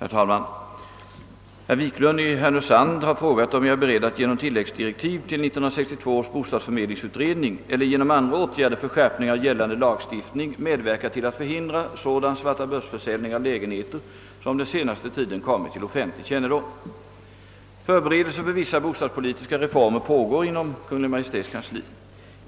Herr talman! Herr Wiklund i Härnösand har frågat om jag är beredd att genom tilläggsdirektiv till 1962 års bostadsförmedlings utredning eller genom andra åtgärder för skärpning av gällande lagstiftning medverka till att förhindra sådan svartabörsförsäljning av lägenheter som den senaste tiden kommit till offentlig kännedom. Förberedelser för vissa bostadspolitiska reformer pågår inom Kungl. Maj:ts kansli.